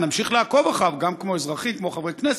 נמשיך לעקוב אחריו כמו אזרחים, כמו חברי כנסת,